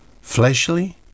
fleshly